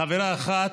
חברה אחת,